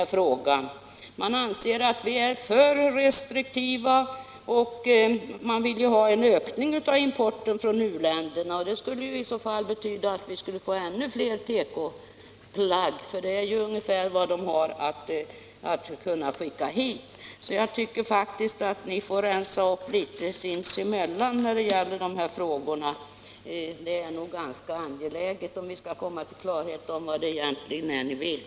De förstnämnda anser att vi är för restriktiva, och de vill ha en ökning av importen från u-länderna. Det skulle alltså betyda att vi fick ännu fler tekoplagg, eftersom det väl i stort sett är det som lågprisländerna har att skicka hit. Jag tycker faktiskt att ni får klara ut begreppen sinsemellan när det gäller dessa frågor. Det är ganska angeläget, om vi skall få någon klarhet i vad det 105 egentligen är ni vill.